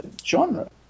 genre